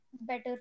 Better